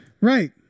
Right